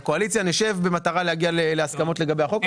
נשב במטרה להגיע להסכמות לגבי החוק הזה.